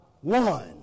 one